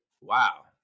Wow